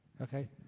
Okay